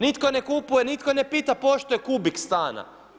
Nitko ne kupuje, nitko ne pita pošto je kubik stana.